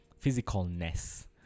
physicalness